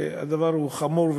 דבר חמור,